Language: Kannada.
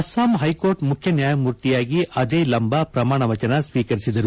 ಅಸ್ಟಾಂ ಹೈಕೋರ್ಟ್ ಮುಖ್ಯ ನ್ಯಾಯಮೂರ್ತಿಯಾಗಿ ಅಜಯ್ ಲಂಬಾ ಪ್ರಮಾಣ ವಚನ ಸ್ವೀಕರಿಸಿದರು